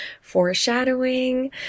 foreshadowing